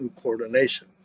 coordination